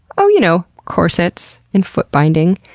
oh you know, corsets and foot binding.